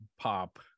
pop